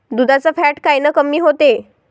दुधाचं फॅट कायनं कमी होते?